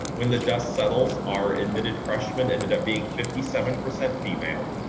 when the dust settles, our admitted freshmen ended up being fifty seven percent female,